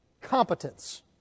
competence